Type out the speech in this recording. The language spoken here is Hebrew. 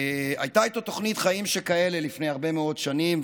הייתה איתו תוכנית "חיים שכאלה" לפני הרבה מאוד שנים,